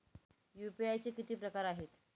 UPI चे किती प्रकार आहेत?